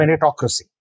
meritocracy